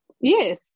Yes